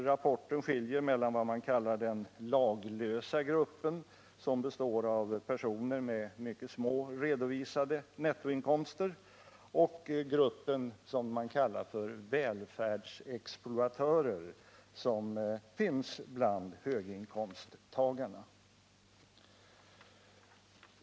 Rapporten skiljer mellan vad man kallar den laglösa gruppen, som består av personer med mycket små redovisade nettoinkomster, och gruppen som man kallar för välfärdsexploatörer, som finns bland höginkomsttagarna.